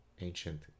ancient